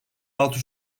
altı